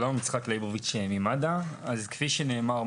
כפי שנאמר,